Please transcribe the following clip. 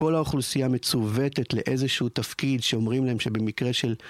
כל האוכלוסייה מצוותת לאיזשהו תפקיד שאומרים להם שבמקרה של...